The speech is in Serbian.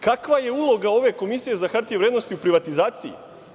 Kakva je uloga ove Komisije za hartije od vrednosti u privatizaciji?